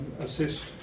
assist